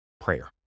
prayer